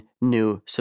new